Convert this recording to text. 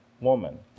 woman